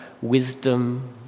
wisdom